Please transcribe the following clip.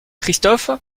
christophe